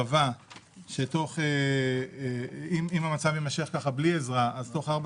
קבע שאם המצב יימשך כפי שהוא בלי עזרה אז תוך ארבע